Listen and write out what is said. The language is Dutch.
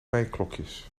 meiklokjes